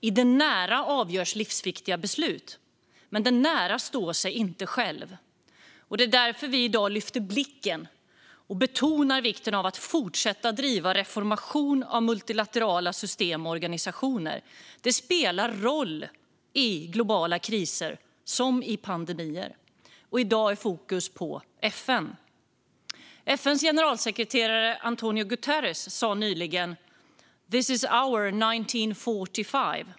I det nära avgörs livsviktiga beslut, men det nära står sig inte självt. Det är därför vi i dag lyfter blicken och betonar vikten av att fortsätta driva reformer av multilaterala system och organisationer. Det spelar roll i globala kriser som pandemier. I dag är fokus på FN. FN:s generalsekreterare António Guterres sa nyligen: This is our 1945.